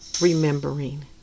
Remembering